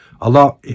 Allah